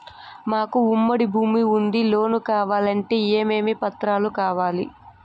మాకు ఉమ్మడి భూమి ఉంది లోను కావాలంటే ఏమేమి పత్రాలు కావాలి?